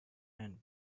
end